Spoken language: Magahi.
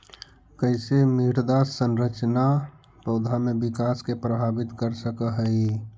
कईसे मृदा संरचना पौधा में विकास के प्रभावित कर सक हई?